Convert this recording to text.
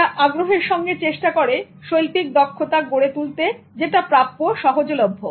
তারা আগ্রহের সঙ্গে চেষ্টা করে শৈল্পিক দক্ষতা গড়ে তুলতে যেটা প্রাপ্য সহজলভ্য